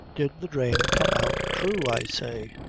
did the dhrame come out thrue, i say?